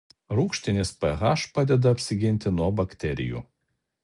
rūgštinis ph padeda apsiginti nuo bakterijų